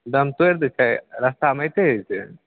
दम तोड़ि दै छै रस्तामे अएतै अएतै